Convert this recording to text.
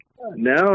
No